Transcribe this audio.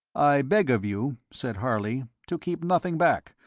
i beg of you, said harley, to keep nothing back,